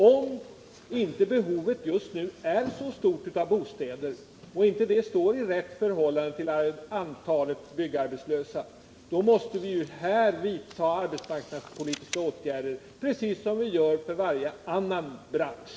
Om behovet av bostäder just nu inte är så stort och om det inte står i rätt förhållande till antalet byggarbetslösa, då måste vi ju här vidta arbetsmarknadspolitiska åtgärder på precis samma sätt som vi gör för varje annan bransch.